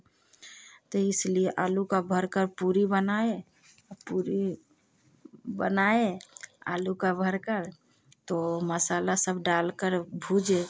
तो इसलिए आलू का भरकर पूरी बनाए आ पूरी बनाए आलू का भरकर तो मसाला सब डालकर भूजे